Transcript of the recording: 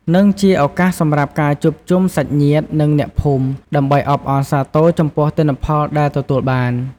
និងជាឱកាសសម្រាប់ ការជួបជុំសាច់ញាតិ និងអ្នកភូមិ ដើម្បីអបអរសាទរចំពោះទិន្នផលដែលទទួលបាន។